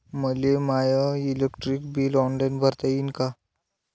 मले my electric bill online भरता येईन का?